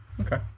Okay